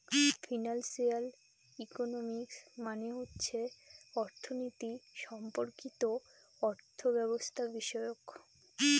financial economics মানে হচ্ছে অর্থনীতি সম্পর্কিত অর্থব্যবস্থাবিষয়ক